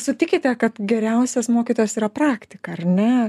sutikite kad geriausias mokytojas yra praktika ar ne